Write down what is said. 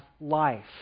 life